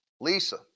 Lisa